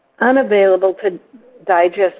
unavailable-to-digest